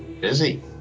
busy